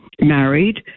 married